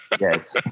Yes